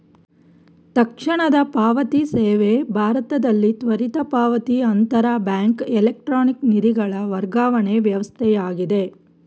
ತಕ್ಷಣದ ಪಾವತಿ ಸೇವೆ ಭಾರತದಲ್ಲಿ ತ್ವರಿತ ಪಾವತಿ ಅಂತರ ಬ್ಯಾಂಕ್ ಎಲೆಕ್ಟ್ರಾನಿಕ್ ನಿಧಿಗಳ ವರ್ಗಾವಣೆ ವ್ಯವಸ್ಥೆಯಾಗಿದೆ